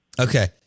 Okay